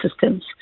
systems